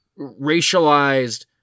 racialized